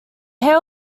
hail